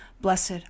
Blessed